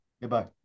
Goodbye